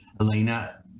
Elena